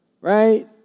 right